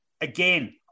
again